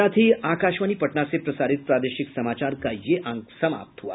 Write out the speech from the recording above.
इसके साथ ही आकाशवाणी पटना से प्रसारित प्रादेशिक समाचार का ये अंक समाप्त हुआ